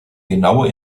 genaue